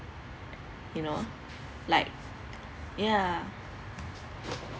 you know like ya